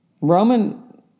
Roman